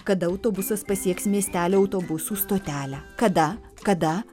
kada autobusas pasieks miestelio autobusų stotelę kada kada